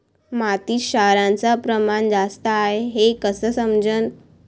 मातीत क्षाराचं प्रमान जास्त हाये हे कस समजन?